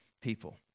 people